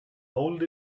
hold